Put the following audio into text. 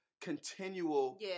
continual